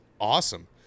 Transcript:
awesome